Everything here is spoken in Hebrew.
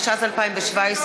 32),